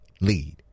lead